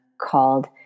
called